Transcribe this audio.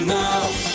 now